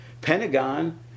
Pentagon